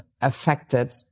affected